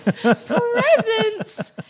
presents